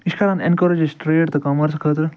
یہِ چھِ کَران اینکوریج اَسہِ ٹرٛیڈ تہٕ کامٲرسہٕ خٲطرٕ